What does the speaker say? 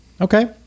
Okay